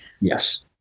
Yes